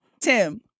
Tim